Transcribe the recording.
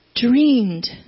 dreamed